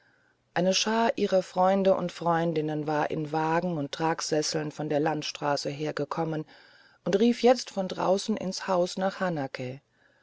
eine schar ihrer freunde und freundinnen war in wagen und tragsesseln von der landstraße hergekommen und rief jetzt von draußen ins haus nach hanake